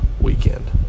weekend